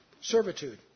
servitude